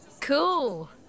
Cool